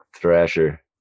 thrasher